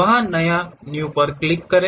वहां न्यू पर क्लिक करें